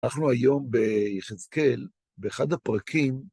אנחנו היום ביחזקל, באחד הפרקים...